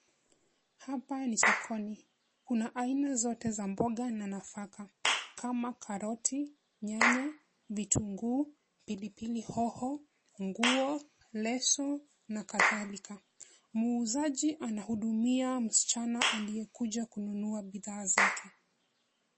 Hapa ni sokoni kuna aina zote za mboga na nafaka. Kama karoti, nyanya, vitunguu, pilipili hoho, nguo, leso na kadhalika. Muuzaji anahudumia msichana aliyekuja kununua bidhaa zake.